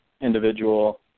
individual